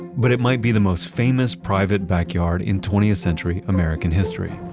but it might be the most famous private backyard in twentieth century american history.